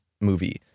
movie